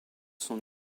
son